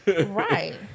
Right